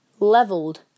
Leveled